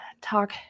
talk